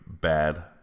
bad